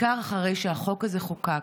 בעיקר אחרי שהחוק הזה חוקק,